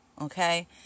Okay